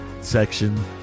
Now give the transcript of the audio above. section